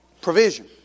Provision